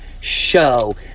show